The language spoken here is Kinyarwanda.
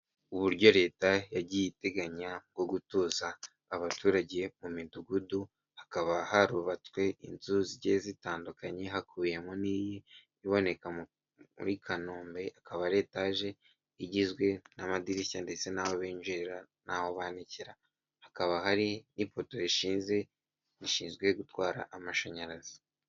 Uburyo Leta yagiye iteganya bwo gutuza abaturage mu midugudu, hakaba harubatswe inzu zigiye zitandukanye hakubiyemo n'iyi iboneka muri Kanombe, akaba ari etage igizwe n'amadirishya ndetse n'aho binjirira n'aho banikira, hakaba hari n'ipoto rishinze rishinzwe gutwara amashanyarazi.